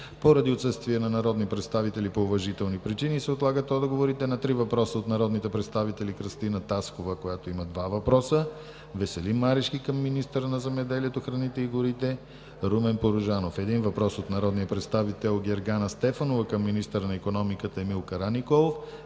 Поради отсъствие на народни представители по уважителни причини, се отлагат отговорите на: - три въпроса от народните представители Кръстина Таскова два въпроса; и Веселин Марешки към министъра на земеделието, храните и горите Румен Порожанов; - един въпрос от народния представител Гергана Стефанова към министъра на икономиката Емил Караниколов;